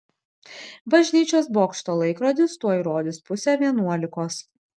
bažnyčios bokšto laikrodis tuoj rodys pusę vienuolikos